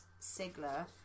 Sigler